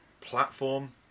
platform